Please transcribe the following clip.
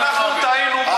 ואנחנו טעינו,